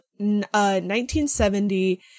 1970